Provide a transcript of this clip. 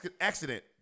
accident